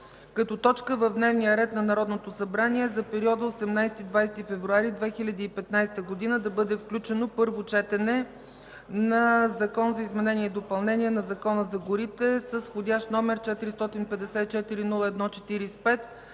като точка в дневния ред на Народното събрание за периода 18 – 20 февруари 2015 г. да бъде включено първо четене на Закон за изменение и допълнение на Закона за горите с входящ № 454-01-45